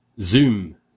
zoom